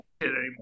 anymore